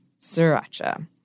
sriracha